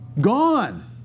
Gone